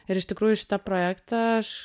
ir iš tikrųjų šitą projektą aš